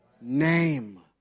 Name